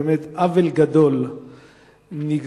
באמת עוול גדול נגרם